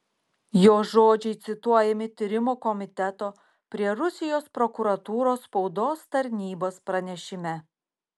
jo žodžiai cituojami tyrimų komiteto prie rusijos prokuratūros spaudos tarnybos pranešime